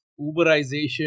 uberization